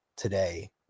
Today